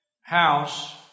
house